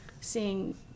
seeing